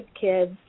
kids